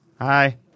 Hi